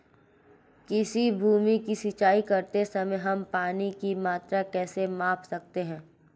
किसी भूमि की सिंचाई करते समय हम पानी की मात्रा कैसे माप सकते हैं?